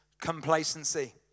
complacency